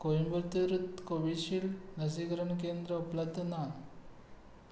Coimbatore Covishield लसीकरण केंद्रां उपलब्ध नात